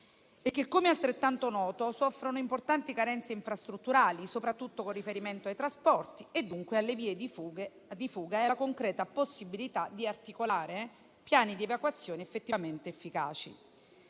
e che, come altrettanto noto, soffrono importanti carenze infrastrutturali, soprattutto con riferimento ai trasporti e dunque alle vie di fuga e alla concreta possibilità di articolare piani di evacuazione realmente efficaci.